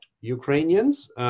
Ukrainians